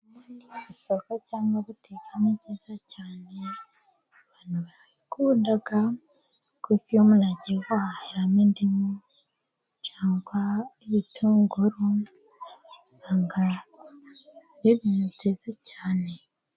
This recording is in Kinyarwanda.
Isoko cyangwa guteka ni byiza cyane abantu bakunda, kuko iyo umuntu agiye guhahiramo indimu cyangwa ibitunguru, usanga ari ibintu byiza cyane.